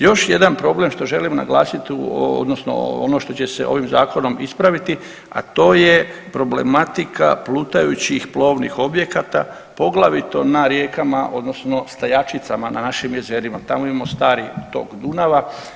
Još jedan problem što želim naglasit odnosno ono što će se ovim zakonom ispraviti, a to je problematika plutajućih plovnih objekata, poglavito na rijekama odnosno stajačicama na našim jezerima, tamo imamo stari tok Dunava.